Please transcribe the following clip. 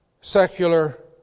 secular